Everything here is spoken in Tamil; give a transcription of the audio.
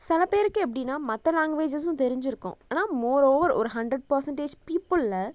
சில பேருக்கு எப்படின்னா மற்ற லேங்குவேஜஸ்ஸும் தெரிஞ்சிருக்கும் ஆனால் மோரோவர் ஒரு ஹண்ட்ரட் பர்சன்டேஜ் பீப்புளில்